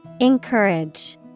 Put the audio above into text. Encourage